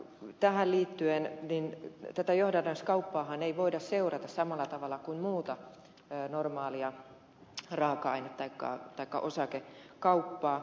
tähän liittyen tätä johdannaiskauppaahan ei voida seurata samalla tavalla kuin muuta normaalia raaka aine taikka osakekauppaa